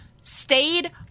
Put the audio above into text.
stayed